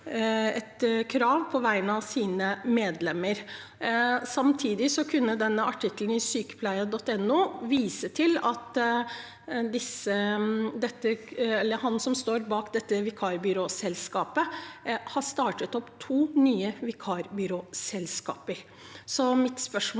et krav på vegne av sine medlemmer. Samtidig kunne denne artikkelen i sykepleien.no vise til at han som står bak dette vikarbyråselskapet, har startet opp to nye vikarbyråselskaper.